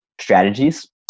strategies